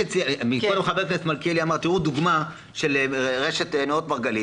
חבר הכנסת מלכיאלי נתן דוגמה של רשת נאות מרגלית